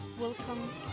welcome